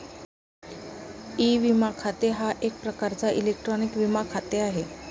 E विमा खाते हा एक प्रकारचा इलेक्ट्रॉनिक विमा खाते आहे